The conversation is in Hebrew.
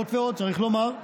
צריך לומר,